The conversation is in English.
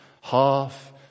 half